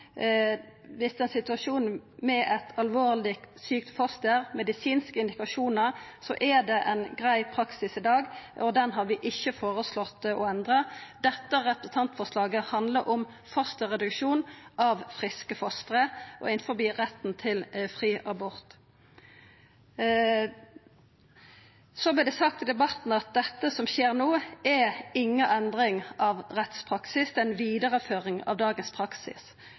ein situasjon med eit alvorleg sjukt foster, med medisinske indikasjonar, er det ein grei praksis i dag, og den har vi ikkje føreslått å endra. Dette representantforslaget handlar om fosterreduksjon av friske foster innanfor retten til fri abort. Så vert det sagt i debatten at dette som skjer no, er inga endring av rettspraksis, det er ei vidareføring av dagens praksis.